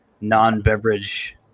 non-beverage –